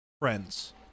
friends